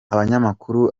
abanyamakuru